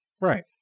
Right